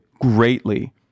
greatly